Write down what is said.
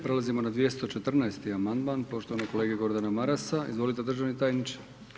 Prelazimo na 214. amandman poštovanog kolege Gordana Marasa, izvolite državni tajniče.